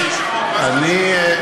תוסיפי לו עשר שעות, מה זה חשוב.